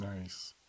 Nice